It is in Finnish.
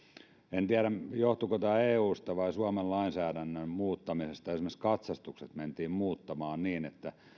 en tiedä johtuuko tämä eusta vai suomen lainsäädännön muuttamisesta esimerkiksi katsastukset mentiin muuttamaan niin että